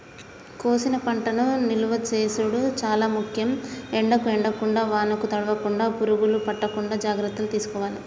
కోసిన పంటను నిలువ చేసుడు చాల ముఖ్యం, ఎండకు ఎండకుండా వానకు తడవకుండ, పురుగులు పట్టకుండా జాగ్రత్తలు తీసుకోవాలె